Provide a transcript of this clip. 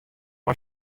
mei